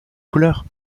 couleurs